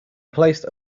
placed